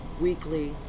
weekly